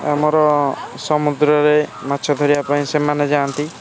ଆମର ସମୁଦ୍ରରେ ମାଛ ଧରିବା ପାଇଁ ସେମାନେ ଯାଆନ୍ତି